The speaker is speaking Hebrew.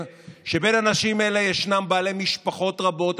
חשוב לציין שבין אנשים אלה ישנם בעלי משפחות רבים,